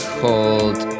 called